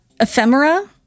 ephemera